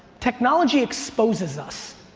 technology exposes us.